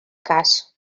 cas